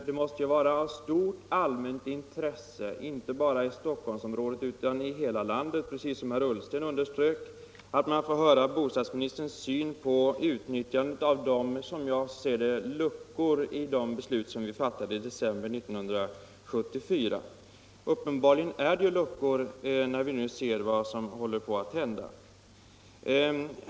Det måste ju vara av stort allmänt intresse inte bara i Stockholmsområdet utan i hela landet — precis som herr Ullsten underströk — att man får del av bostadsministerns syn på utnyttjandet av, som jag ser det, luckorna i det beslut vi fattade i december 1974. Uppenbarligen är det ju luckor, när vi nu ser vad som håller på att hända.